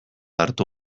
hartu